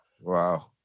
Wow